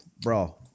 bro